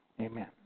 Amen